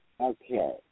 Okay